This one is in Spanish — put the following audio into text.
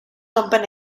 rompen